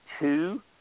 two